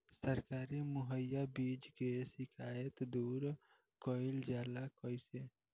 सरकारी मुहैया बीज के शिकायत दूर कईल जाला कईसे?